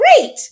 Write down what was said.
great